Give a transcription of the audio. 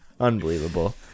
unbelievable